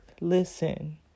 listen